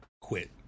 quit